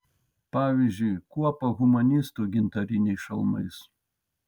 pavyzdžiui kuopą humanistų gintariniais šalmais